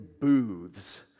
booths